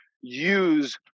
use